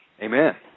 Amen